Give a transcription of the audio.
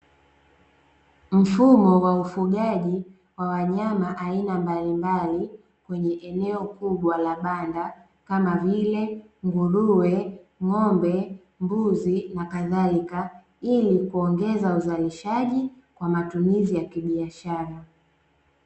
Mfumo wa ufugaji wa wanyama aina mbalimbali, kwenye eneo kubwa la banda kama vile nguruwe, ng'ombe, mbuzi na kadhalika, ili kuongeza uzalishaji kwa matumizi ya kibiashara.